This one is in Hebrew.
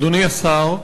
אדוני השר,